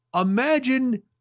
Imagine